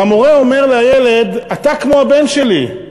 והמורה אומר לילד: אתה כמו הבן שלי,